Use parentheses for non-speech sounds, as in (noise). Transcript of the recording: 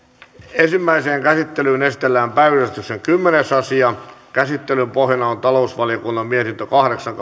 ensimmäiseen käsittelyyn esitellään päiväjärjestyksen kymmenes asia käsittelyn pohjana on talousvaliokunnan mietintö kahdeksan (unintelligible)